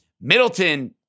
Middleton